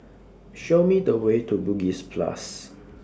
Show Me The Way to Bugis Plus